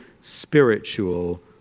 spiritual